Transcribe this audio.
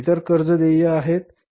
इतर कर्ज देय आहे